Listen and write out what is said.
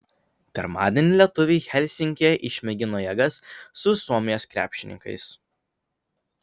pirmadienį lietuviai helsinkyje išmėgino jėgas su suomijos krepšininkais